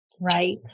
Right